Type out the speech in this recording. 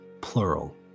plural